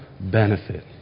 benefit